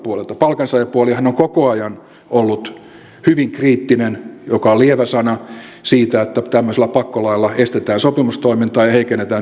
palkansaajapuolihan on koko ajan ollut hyvin kriittinen joka on lievä sana siitä että tämmöisellä pakkolailla estetään sopimustoimintaa ja heikennetään työntekijöiden työehtoja